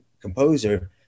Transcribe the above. composer